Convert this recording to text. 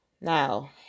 Now